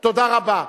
תודה רבה.